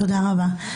תודה רבה.